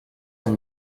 amb